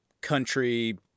country